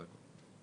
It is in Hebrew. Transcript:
זה הכול.